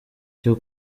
cyo